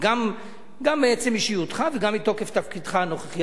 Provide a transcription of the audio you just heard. גם מעצם אישיותך וגם מתוקף תפקידך הנוכחי.